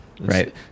Right